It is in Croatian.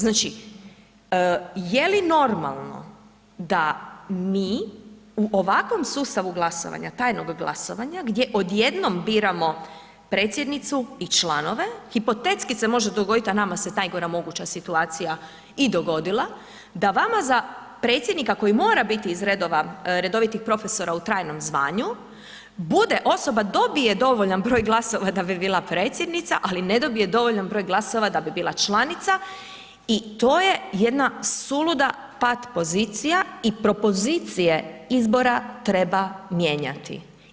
Znači je li normalno da mi u ovakvom sustavu glasovanja, tajnog glasovanja gdje odjednom birano predsjednicu i članove, hipotetski se može dogodit a nama se najgora moguća situacija i dogodila, da vama za predsjednika koji mora biti iz redova redovitih profesora u trajnom zvanju, bude osoba, dobije dovoljan broj glasova da bi bila predsjednica ali ne dobije dovoljan broj glasova da bi bila članica i to je jedna suluda pat pozicija i propozicije izbora treba mijenjati.